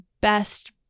best